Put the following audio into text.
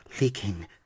leaking